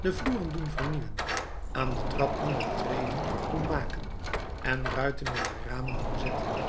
de vloeren doen vernieuwen aan de trap nieuwe treden doen maken en ruiten in de ramen doen zetten